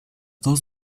dos